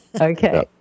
Okay